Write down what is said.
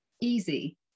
easy